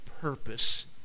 purpose